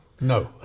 No